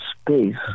space